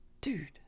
dude